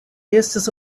estis